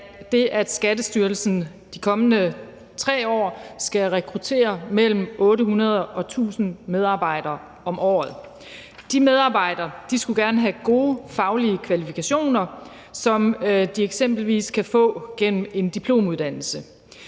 at Skattestyrelsen i de kommende 3 år skal rekruttere mellem 800 og 1.000 medarbejdere om året. De medarbejdere skulle gerne have gode faglige kvalifikationer, som de eksempelvis kan få gennem en diplomuddannelse.